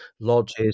lodges